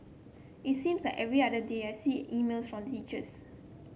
it seem that every other day I see emails from teachers